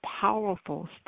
powerful